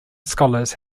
scholars